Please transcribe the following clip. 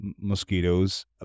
mosquitoes